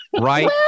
Right